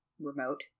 remote